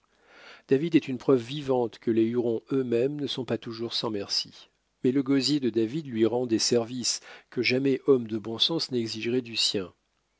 david est une preuve vivante que les hurons eux-mêmes ne sont pas toujours sans merci mais le gosier de david lui rend des services que jamais homme de bon sens n'exigerait du sien